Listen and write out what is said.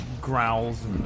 growls